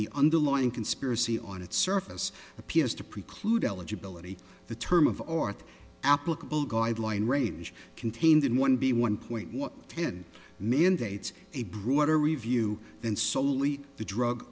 the underlying conspiracy on its surface appears to preclude eligibility the term of orthe applicable guideline range contained in one b one point one ten million dates a broader review than soley the drug